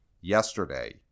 yesterday